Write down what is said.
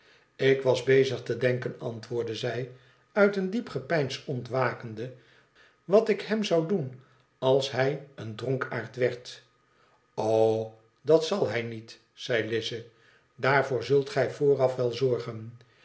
ik was bezig te denken antwoordde zij uit een diep gepeins ontwakende wat ik hem zou doen als hij een dronkaard werd dat zal hij niet zei lize daarvoor zult gij vooraf wel zorgen